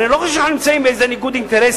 אני לא חושב שאנחנו נמצאים באיזה ניגוד אינטרסים.